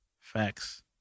Facts